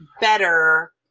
better